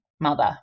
mother